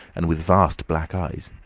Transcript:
and with vast black eyes.